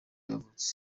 yavutse